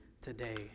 today